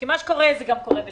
מה שקורה, קורה גם ב-8200,